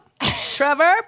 Trevor